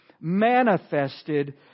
manifested